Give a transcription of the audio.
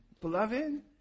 beloved